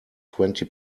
twenty